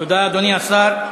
תודה, אדוני השר.